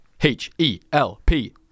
H-E-L-P